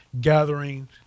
gathering